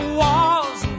walls